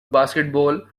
baseball